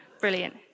Brilliant